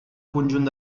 conjunt